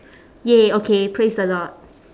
!yay! okay praise the lord